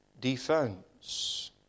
defense